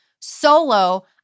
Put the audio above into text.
solo